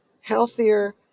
healthier